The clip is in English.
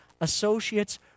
associates